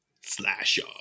Slasher